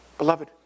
Beloved